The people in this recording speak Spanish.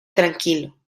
tranquilo